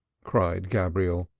cried gabriel,